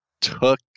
took